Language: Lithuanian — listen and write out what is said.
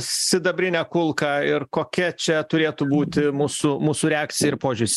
sidabrinę kulką ir kokia čia turėtų būti mūsų mūsų reakcija ir požiūris